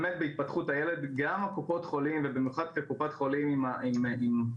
באמת בהתפתחות הילד גם קופות החולים ובמיוחד קופת חולים עם באמת